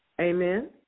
Amen